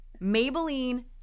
Maybelline